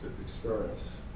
experience